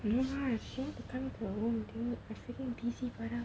no lah she want to come in to the room dude I freaking D_C brother